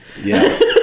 Yes